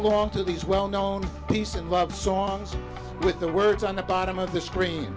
along to these well known peace and love songs with the words on the bottom of the screen